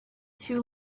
too